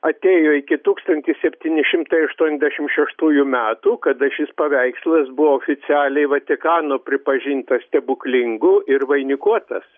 atėjo iki tūkstantis septyni šimtai aštuniasdešim šeštųjų metų kada šis paveikslas buvo oficialiai vatikano pripažintas stebuklingu ir vainikuotas